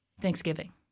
Thanksgiving